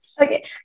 Okay